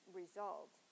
result